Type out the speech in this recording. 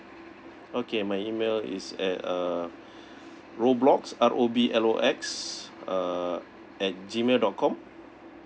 okay my email is at uh roblox R O B L O X uh at G mail dot com